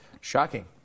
Shocking